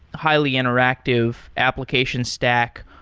highly interactive application stack.